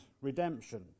redemption